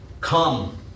Come